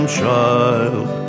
child